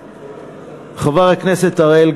וחבר הכנסת הראל,